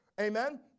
Amen